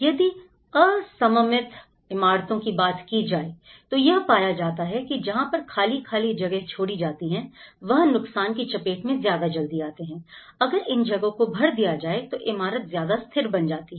यदि असममित इमारतों की बात की जाए तो यह पाया गया है कि जहां पर खाली खाली जगह छोड़ी जाती है वह नुकसान की चपेट में ज्यादा जल्दी आती है अगर इन जगह को भर दिया जाए तो इमारत ज्यादा स्थिर बन जाती है